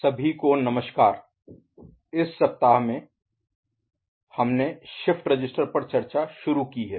सभी को नमस्कार इस सप्ताह में हमने शिफ्ट रजिस्टर पर चर्चा शुरू की है